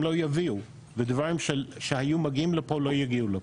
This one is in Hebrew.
לא יביאו ודברים שהיו מגיעים לפה לא יגיעו לפה.